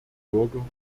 bürger